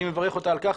אני מברך אותה על כך.